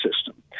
system